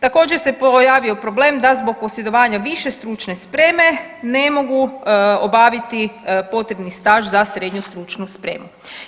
Također se pojavio problem da zbog posjedovanja više stručne spreme ne mogu obaviti potrebni staž za srednju stručnu spremu.